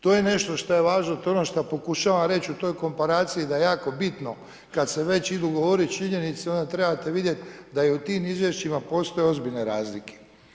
To je nešto što je važno, to je ono što pokušavam reći u toj komparaciji da je jako bitno kad se već idu govoriti činjenice onda trebate vidjeti da u tim izvješćima postoje ozbiljne razlike.